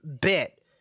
bit